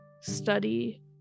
study